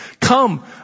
Come